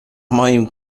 moim